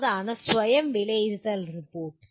അതാണ് സ്വയം വിലയിരുത്തൽ റിപ്പോർട്ട്